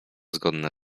zgodne